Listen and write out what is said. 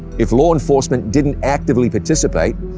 if law enforcement didn't actively participate,